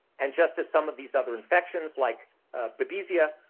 and just as some of these other infections, like babesia,